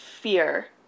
fear